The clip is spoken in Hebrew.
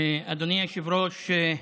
אדוני היושב-ראש,